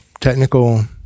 technical